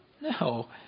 No